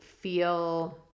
feel